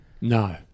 No